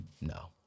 no